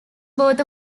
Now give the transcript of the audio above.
both